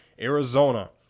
Arizona